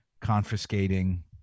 confiscating